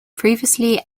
previously